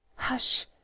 hush!